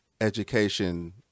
education